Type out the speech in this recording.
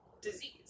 disease